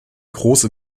große